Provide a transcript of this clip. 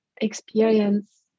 experience